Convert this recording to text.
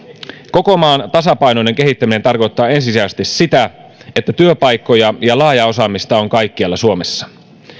koko maan tasapainoinen kehittäminen tarkoittaa ensisijaisesti sitä että työpaikkoja ja laajaa osaamista on kaikkialla suomessa